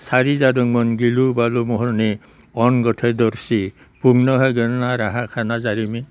सारि जादोंमोन गिलु बालु महरनि अनगोथै दरसि बुंनो हागोनना राहा खाना जारिमिन